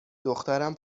دخترم